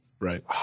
right